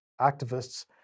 activists